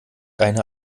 eine